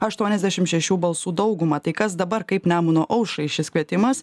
aštuoniasdešim šešių balsų daugumą tai kas dabar kaip nemuno aušrai šis kvietimas